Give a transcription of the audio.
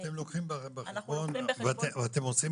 כלומר אתם לוקחים בחשבון ואתם עושים